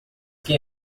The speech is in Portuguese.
que